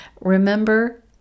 Remember